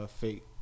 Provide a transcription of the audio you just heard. fake